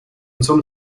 some